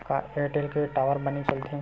का एयरटेल के टावर बने चलथे?